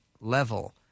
level